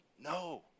No